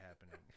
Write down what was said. happening